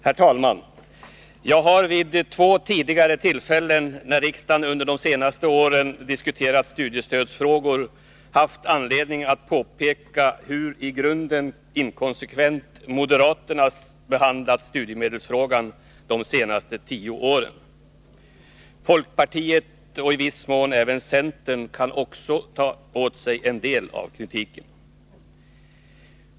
Herr talman! Jag har vid två tidigare tillfällen när riksdagen under de senaste åren diskuterat studiestödsfrågor haft anledning att påpeka hur i grunden inkonsekvent moderaterna behandlat studiemedelsfrågan under de senaste tio åren. Också folkpartiet och i viss mån även centern kan ta åt sig en del av kritiken.